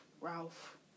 Ralph